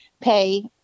pay